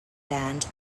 band